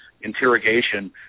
interrogation